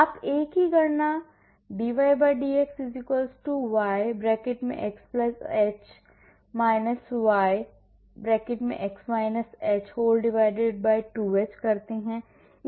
आप एक ही गणना dydx y xh - y 2h करते हैं